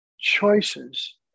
choices